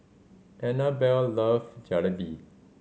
Annabell love Jalebi